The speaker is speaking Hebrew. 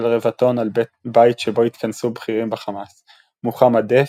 רבע טון על בית שבו התכנסו בכירים בחמאס מוחמד דף,